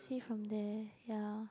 see from there ya